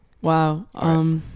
Wow